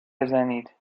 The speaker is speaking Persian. بزنید